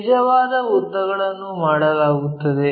ನಿಜವಾದ ಉದ್ದಗಳನ್ನು ಮಾಡಲಾಗುತ್ತದೆ